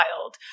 wild